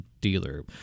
dealer